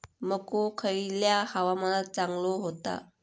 मको खयल्या हवामानात चांगलो होता?